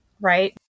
right